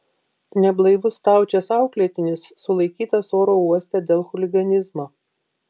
neblaivus staučės auklėtinis sulaikytas oro uoste dėl chuliganizmo